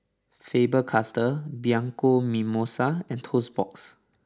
Faber Castell Bianco Mimosa and Toast Box